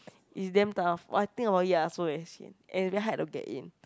is damn tough !wah! I think about it ya I also very sian and it's very hard to get in